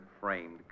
framed